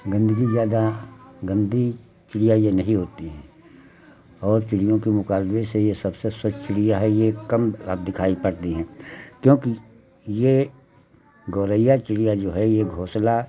गन्दगी ज़्यादा गन्दी चिड़िया यह नहीं होती है और चिड़ियों के मुकाबले से यह सबसे स्वच्छ चिड़िया है यह कम अब दिखाई पड़ती हैं क्योंकि यह गौरैया चिड़िया जो है यह घोंसला